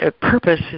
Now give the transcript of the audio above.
purpose